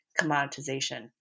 commoditization